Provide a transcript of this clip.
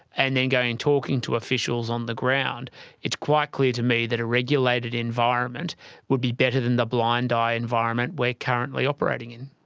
and then go in talking to officials on the ground it's quite clear to me that a regulated environment would be better than the blind eye environment we're currently operating in.